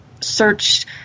search